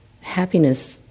happiness